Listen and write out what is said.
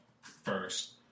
first